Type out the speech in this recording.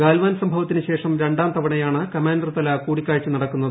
ഗാൽവാൻ സംഭവത്തിന് ശേഷം രണ്ടാം തവണയാണ് കമാൻഡർ തല കൂടിക്കാഴ്ച നടക്കുന്നത്